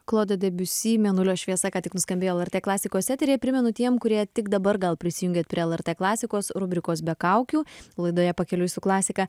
klodo debiusi mėnulio šviesa ką tik nuskambėjo lrt klasikos eteryje primenu tiem kurie tik dabar gal prisijungėt prie lrt klasikos rubrikos be kaukių laidoje pakeliui su klasika